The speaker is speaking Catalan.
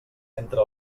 entre